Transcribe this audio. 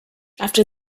after